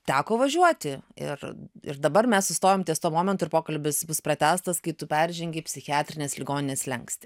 teko važiuoti ir ir dabar mes sustojom ties tuo momentu ir pokalbis bus pratęstas kai tu peržengi psichiatrinės ligoninės slenkstį